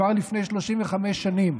כבר לפני 35 שנים,